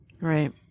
Right